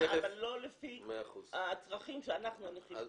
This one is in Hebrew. אבל לא לפי הצרכים שאנחנו הנכים צריכים.